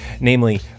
namely